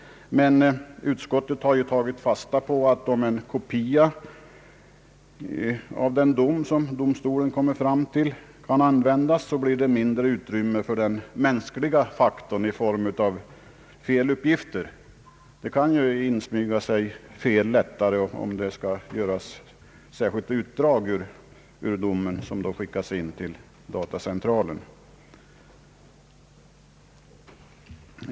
Utskottet har emellertid tagit hänsyn till att om en kopia av den dom, som domstolen avkunnar, användes blir det mindre utrymme för den mänskliga faktorn i form av feluppgifter. Fel kan lättare insmyga sig, om ett särskilt utdrag skall göras ur domen för att skickas in till datacentralen.